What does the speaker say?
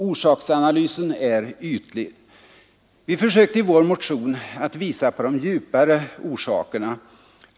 Orsaksanalysen är ytlig. Vi försökte i vår motion att visa på de djupare orsakerna.